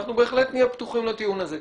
אנחנו בהחלט נהיה פתוחים לדיון הזה.